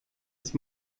ist